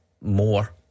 more